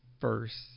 first